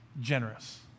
generous